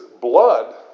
blood